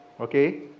okay